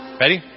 ready